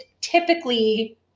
typically